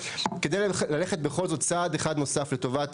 כדי ללכת, בכל זאת, צעד אחד נוסף לטובת